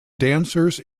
dancers